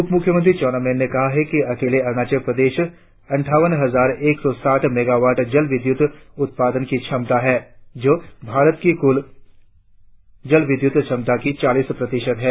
उप मुख्यमंत्री चाउना मैन ने कहा है कि अकेले अरुणाचल प्रदेश अटठावन हजार एक सौ साठ मेगावाट जल विद्युत उत्पादन की क्षमता है जो भारत की कुल जल विद्युत क्षमता का चालीस प्रतिशत है